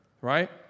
right